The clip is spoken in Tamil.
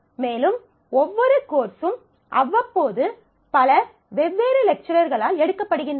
மேலும் ஒவ்வொரு கோர்ஸும் அவ்வப்போது பல வெவ்வேறு லெக்சரர்களால் எடுக்கப்படுகின்றன